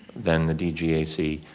then the dgac,